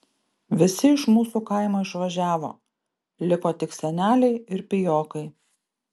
visi iš mūsų kaimo išvažiavo liko tik seneliai ir pijokai